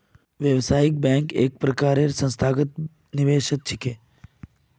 व्यावसायिक बैंक एक प्रकारेर संस्थागत निवेशक छिके